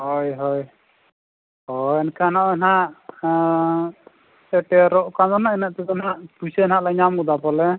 ᱦᱳᱭ ᱦᱳᱭ ᱦᱳᱭ ᱮᱱᱠᱷᱟᱱ ᱱᱚᱜᱼᱚᱸᱭ ᱦᱟᱜ ᱥᱮᱴᱮᱨᱚᱜ ᱠᱟᱱ ᱫᱚ ᱱᱟᱦᱟᱜ ᱤᱱᱟᱹᱜ ᱛᱮᱫᱚ ᱱᱟᱦᱟᱜ ᱯᱩᱭᱥᱟᱹ ᱦᱟᱜᱞᱮ ᱧᱟᱢ ᱜᱚᱫᱟ ᱯᱟᱞᱮ